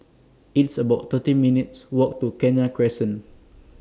It's about thirty minutes' Walk to Kenya Crescent